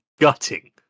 gutting